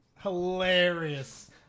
hilarious